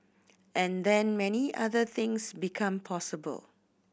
and then many other things become possible